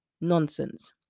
nonsense